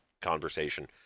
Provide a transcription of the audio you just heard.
conversation